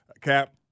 Cap